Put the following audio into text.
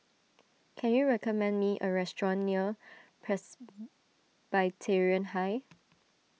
can you recommend me a restaurant near Presbyterian High